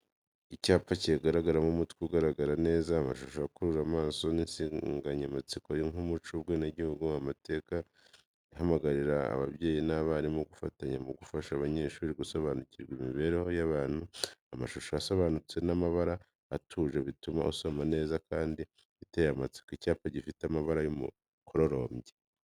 icyapa kigaragaramo umutwe ugaragara neza, amashusho akurura amaso, n’insanganyamatsiko nk’umuco, ubwenegihugu, n’amateka. Ihamagarira ababyeyi n’abarimu gufatanya mu gufasha abanyeshuri gusobanukirwa n’imibereho y’abantu. Amashusho asobanutse n’amabara atuje bituma isomeka neza kandi iteye amatsiko. Icyapa gifite amabara y'umukororombya.